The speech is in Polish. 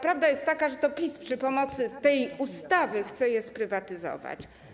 Prawda jest taka, że to PiS przy pomocy tej ustawy chce je sprywatyzować.